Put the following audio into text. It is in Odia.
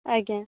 ଆଜ୍ଞା